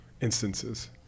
instances